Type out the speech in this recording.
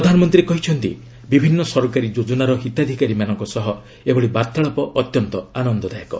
ପ୍ରଧାନମନ୍ତ୍ରୀ କହିଛନ୍ତି ବିଭିନ୍ନ ସରକାରୀ ଯୋଜନାର ହିତାଧିକାରୀମାନଙ୍କ ସହ ଏଭଳି ବାର୍ତ୍ତାଳାପ ଅତ୍ୟନ୍ତ ଆନନ୍ଦଦାୟକ